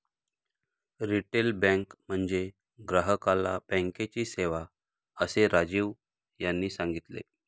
retail bank म्हणजे ग्राहकाला बँकेची सेवा, असे राजीव यांनी सांगितले